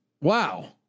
Wow